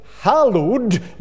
Hallowed